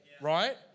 right